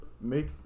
make